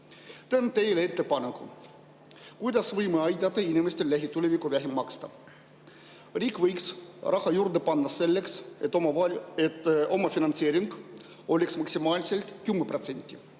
Teen teile ettepaneku, kuidas võiksime aidata inimestel lähitulevikus vähem maksta. Riik võiks raha juurde panna, et omafinantseering oleks maksimaalselt 10%.